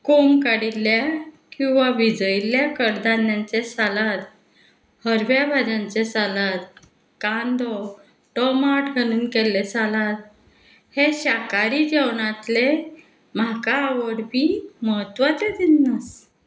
कोंब काडिल्ल्या किंवां विजयल्ल्या कडधान्यांचें सालाद हरव्या भाज्यांचें सालाद कांदो टोमाट घालून केल्लें सालाद हें शाकाहारी जेवणांतले म्हाका आवडपी म्हत्वाचे जिन्नस